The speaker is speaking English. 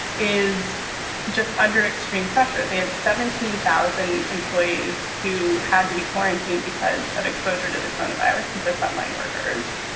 is just under extreme pressure. they had seventeen thousand employees who had to be quarantined because of exposure to the coronavirus, because they're frontline workers.